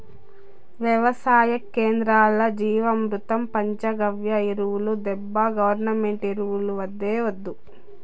వెవసాయ కేంద్రాల్ల జీవామృతం పంచగవ్య ఎరువులు తేబ్బా గవర్నమెంటు ఎరువులు వద్దే వద్దు